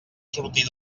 sortir